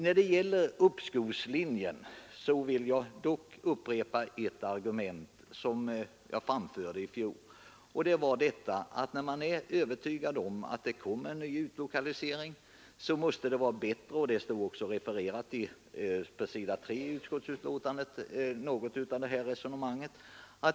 När det gäller uppskovslinjen vill jag dock upprepa ett argument som jag framförde i fjol, och det är att det måste vara bättre att vara övertygad om att det blir en ny utlokalisering än att stå under utredning. Något av detta resonemang refereras på s. 3 i betänkandet.